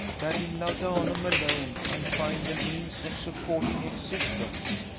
that in laudanum alone i find the means of supporting existence?